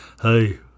Hey